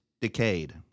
decayed